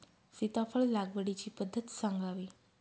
सीताफळ लागवडीची पद्धत सांगावी?